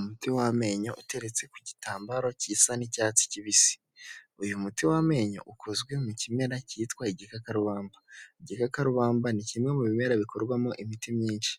Umuti w'amenyo uteretse ku gitambaro gisa n'icyatsi kibisi, uyu muti w'amenyo ukozwe mu kimera cyitwa igikakarubamba, igikakarubamba ni kimwe mu bimera bikorwamo imiti myinshi,